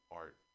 art